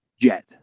Jet